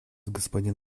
господин